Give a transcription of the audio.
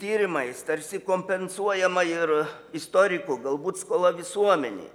tyrimais tarsi kompensuojama ir istorikų galbūt skola visuomenei